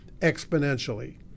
exponentially